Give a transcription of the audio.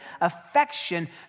affection